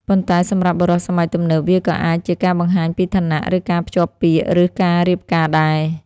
ប៉ុន្តែសម្រាប់បុរសសម័យទំនើប វាក៏អាចជាការបង្ហាញពីឋានៈ ឬការភ្ជាប់ពាក្យឬការរៀបការដែរ។